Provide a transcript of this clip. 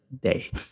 day